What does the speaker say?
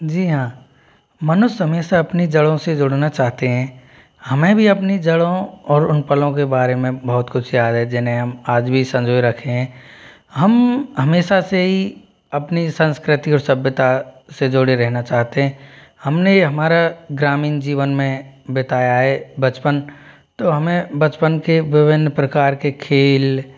जी हाँ मनुष्य हमेशा अपनी जड़ों से जुड़ना चाहते हैं हमें भी अपनी जड़ों और उन पलों के बारे में बहुत कुछ याद है जिन्हें हम आज भी संजोए रखें हैं हम हमेशा से ही अपनी संस्कृति और सभ्यता से जुड़े रहना चाहते हैं हमने ये हमारा ग्रामीण जीवन में बिताया है बचपन तो हमें बचपन के विभिन्न प्रकार के खेल